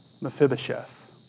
Mephibosheth